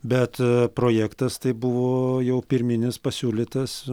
bet projektas tai buvo jau pirminis pasiūlytas